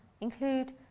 include